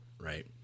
Right